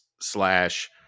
slash